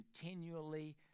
continually